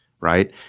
right